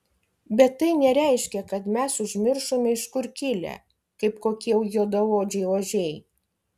bet tai nereiškia kad mes užmiršome iš kur kilę kaip kokie juodaodžiai ožiai